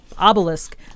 obelisk